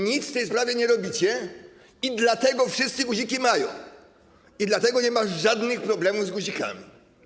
Nic w tej sprawie nie robicie i dlatego wszyscy guziki mają i nie ma żadnych problemów z guzikami.